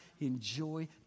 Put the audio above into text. enjoy